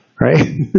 right